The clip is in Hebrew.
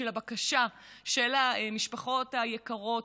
והבקשה של המשפחות היקרות,